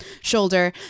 shoulder